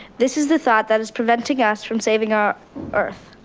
this is the thought that is preventing us from saving our earth.